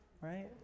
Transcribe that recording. right